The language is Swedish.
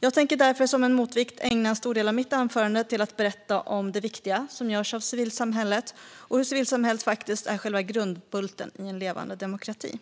Jag tänker därför som en motvikt ägna en stor del av mitt anförande åt att berätta om det viktiga som görs av civilsamhället och hur civilsamhället faktiskt är själva grundbulten i en levande demokrati.